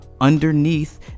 Underneath